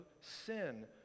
sin